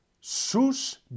Sus